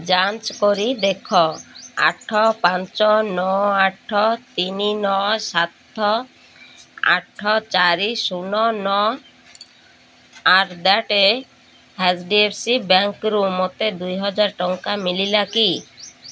ଯାଞ୍ଚ କରି ଦେଖ ଆଠ ପାଞ୍ଚ ନଅ ଆଠ ତିନି ନଅ ସାତ ଆଠ ଚାରି ଶୂନ ନଅ ଆଟ୍ ଦ୍ୟାଟ୍ ଏ ଏଚ୍ ଡ଼ି ଏଫ୍ ସି ବ୍ୟାଙ୍କରୁ ମୋତେ ଦୁଇହାଜରେ ଟଙ୍କା ମିଳିଲା କି